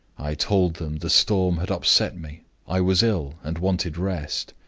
i told them the storm had upset me i was ill, and wanted rest.